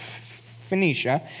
Phoenicia